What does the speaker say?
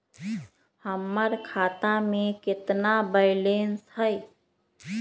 हमर खाता में केतना बैलेंस हई?